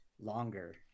longer